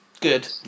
good